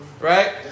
Right